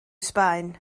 sbaen